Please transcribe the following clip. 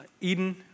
Eden